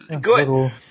good